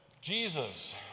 Jesus